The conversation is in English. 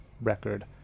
record